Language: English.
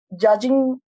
judging